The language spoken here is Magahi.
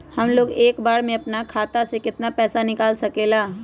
हमलोग एक बार में अपना खाता से केतना पैसा निकाल सकेला?